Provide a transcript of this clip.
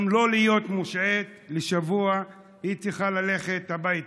גם לא להיות מושעית לשבוע, היא צריכה ללכת הביתה.